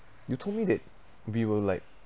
you told me that we will like